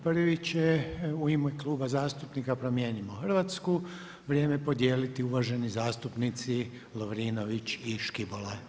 Prvi će u ime Kluba zastupnika Promijenimo Hrvatsku, vrijeme podijeliti uvaženi zastupnici Lovrinović i Škibola.